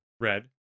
red